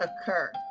occur